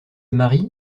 marie